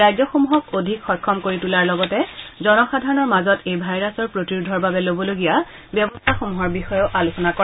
ৰাজ্যসমূহ অধিক সক্ষম কৰি তোলাৰ লগতে জনসাধাৰণৰ মাজত এই ভাইৰাছৰ প্ৰতিৰোধৰ বাবে ল'বলগীয়া ব্যৱস্থাসমূহৰ বিষয়েও আলোচনা কৰে